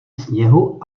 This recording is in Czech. sněhu